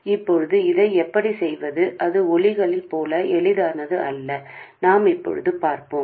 இப்போது இதை எப்படிச் செய்வது அது ஒலிகள் போல் எளிதானது அல்ல நாம் இப்போது பார்ப்போம்